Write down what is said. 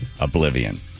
oblivion